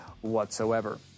whatsoever